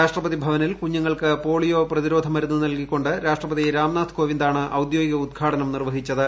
രാഷ്ട്രപതി ഭവനിൽ കുഞ്ഞുങ്ങൾക്ക് പോളിയോ പ്രതിരോധ മരുന്ന് നൽകികൊ് രാഷ്ട്രപതി രാംനാഥ് കോവിന്ദാണ് ഔദ്യോഗിക ഉദ്ഘാടനം നിർവ്വഹിച്ചത്